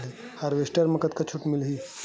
Harvester म कतका छूट मिलही?